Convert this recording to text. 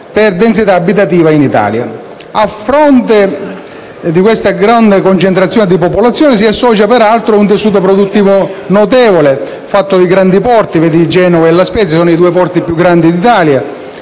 per densità abitativa in Italia. A questa forte concentrazione di popolazione si associa, peraltro, un tessuto produttivo notevole con grandi porti (Genova, La Spezia: i due porti più grandi in Italia),